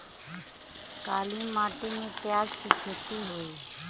काली माटी में प्याज के खेती होई?